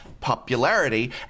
popularity